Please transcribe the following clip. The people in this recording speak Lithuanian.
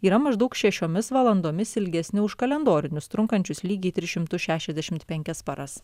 yra maždaug šešiomis valandomis ilgesni už kalendorinius trunkančius lygiai tris šimtus šešiasdešimt penkias paras